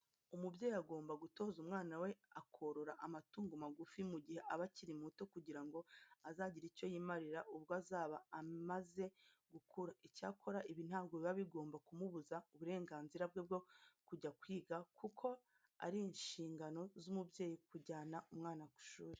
Umubyeyi agomba gutoza umwana we korora amatungo magufi mu gihe aba akiri muto kugira ngo azagire icyo yimarira ubwo azaba amaze gukura. Icyakora ibi ntabwo biba bigomba kumubuza uburenganzira bwe bwo kujya kwiga kuko ari inshingano z'umubyeyi kujyana umwana ku ishuri.